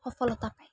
সফলতা পায়